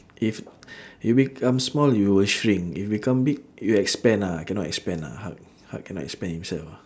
if if become small you will shrink if become big you expand ah cannot expand ah hulk hulk cannot expand himself